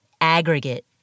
aggregate